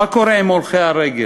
מה קורה עם הולכי הרגל?